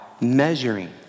measuring